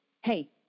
Hey